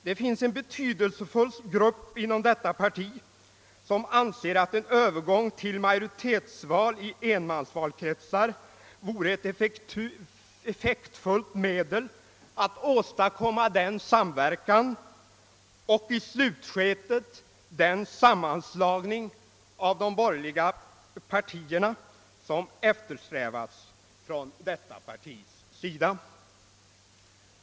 Det finns en betydelsefull grupp inom högern, som anser att en Övergång till majoritetsval i enmansvalkretsar vore ett effektfullt medel att åstadkomma den samverkan och i slutskedet den sammanslagning av de borgerliga partierna som eftersträvas från detta partis sida.